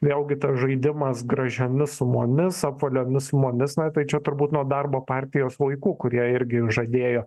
vėlgi tas žaidimas gražiomis sumomis apvaliomis sumomis na tai čia turbūt nuo darbo partijos laikų kurie irgi žadėjo